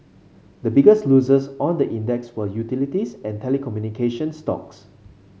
the biggest losers on the index were utilities and telecommunication stocks